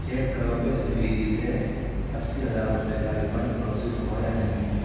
check کرو کہ سویگی سے اسی ہزار روپے کا ریفنڈ پروسیس ہوا یا نہیں